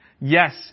Yes